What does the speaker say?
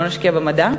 אם לא נשקיע במדע,